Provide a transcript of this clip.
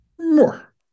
More